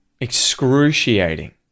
excruciating